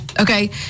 Okay